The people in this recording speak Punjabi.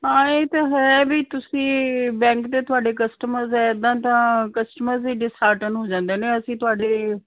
ਆਏ ਤਾਂ ਹੈ ਵੀ ਤੁਸੀਂ ਬੈਂਕ ਦੇ ਤੁਹਾਡੇ ਕਸਟਮਰ ਇਦਾਂ ਤਾਂ ਕਸਟਮਰ ਵੀ ਡਿਸਆਰਡਰ ਹੋ ਜਾਂਦੇ ਨੇ ਅਸੀਂ ਤੁਹਾਡੇ